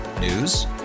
News